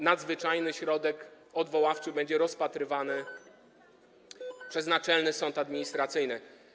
Nadzwyczajny środek odwoławczy będzie rozpatrywany przez Naczelny Sąd Administracyjny.